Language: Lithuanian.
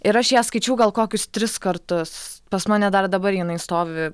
ir aš ją skaičiau gal kokius tris kartus pas mane dar dabar jinai stovi